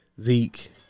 Zeke